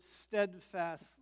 steadfast